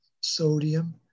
sodium